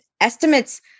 estimates